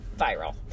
viral